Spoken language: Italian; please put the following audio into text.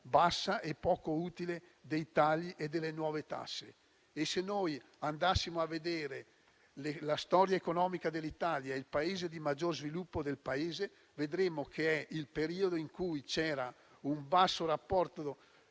bassa e poco utile dei tagli e delle nuove tasse. Se andassimo a vedere nella storia economica dell'Italia il periodo di maggior sviluppo del Paese, vedremmo che si tratta di quello in cui c'erano un basso rapporto